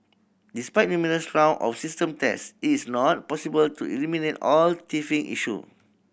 despite numerous round of system test it is not possible to eliminate all teething issue